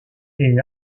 est